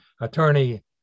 Attorney